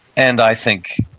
and i think,